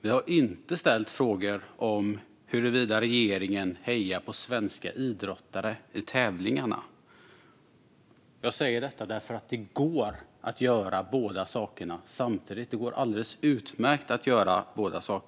Vi har inte ställt frågor om huruvida regeringen hejar på svenska idrottare i tävlingarna. Jag säger detta för att det går att göra båda sakerna samtidigt. Det går alldeles utmärkt.